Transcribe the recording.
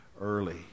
early